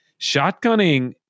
Shotgunning